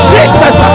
Jesus